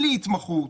בלי התמחות,